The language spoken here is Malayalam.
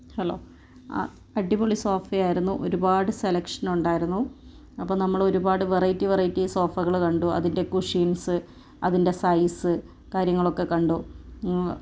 ഹലോ അടിപൊളി സോഫ ആയിരുന്നു ഒരുപാട് സെലക്ഷൻ ഉണ്ടായിരുന്നു അപ്പോൾ നമ്മൾ ഒരുപാട് വെറൈറ്റി വെറൈറ്റി സോഫകൾ കണ്ടു അതിന്റെ കുഷ്യൻസ് അതിൻ്റെ സൈസ് കാര്യങ്ങളൊക്കെ കണ്ടു